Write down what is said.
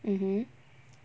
mmhmm